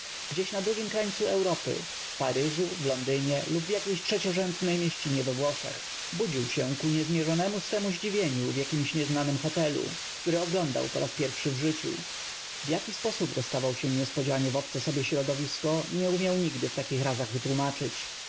gdzieś na drugim krańcu e uropy w p aryżu w londy nie lub w jakiejś trzeciorzędnej mieścinie we w łoszech budził się ku niezm iernem u sw em u zdziwieniu w jakim ś nieznanym hotelu który oglądał po raz pierw szy w życiu w jaki sposób d o staw ał się niespodzianie w obce sobie środow isko nie um iał nigdy w takich razach w